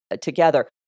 together